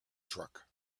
truck